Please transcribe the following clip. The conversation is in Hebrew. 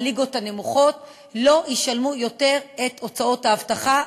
הליגות הנמוכות לא ישלמו יותר את הוצאות האבטחה,